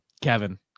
kevin